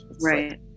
Right